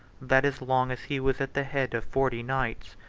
that as long as he was at the head of forty knights,